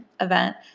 event